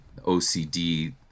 OCD